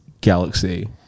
Galaxy